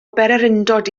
bererindod